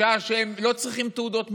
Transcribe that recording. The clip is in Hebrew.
בשעה שהם לא צריכים תעודות ממני,